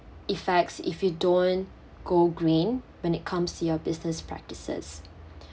effects if you don't go green when it comes to your business practices